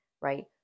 right